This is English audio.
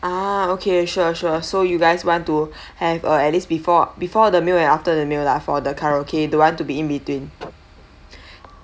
ah okay sure sure so you guys want to have uh at least before before the meal and after the meal lah for the karaoke don't want to be in between